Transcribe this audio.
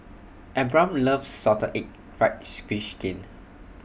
Abram loves Salted Egg Fried Fish Skin